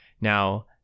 Now